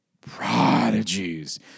prodigies